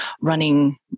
running